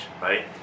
right